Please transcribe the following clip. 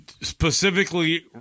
specifically